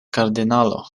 kardinalo